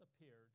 appeared